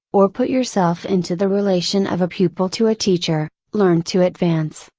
or put yourself into the relation of a pupil to a teacher, learn to advance,